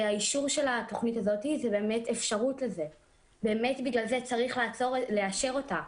אישור של התוכנית הזאת היא אפשרות לזה ובגלל זה צריך לאשר אותה,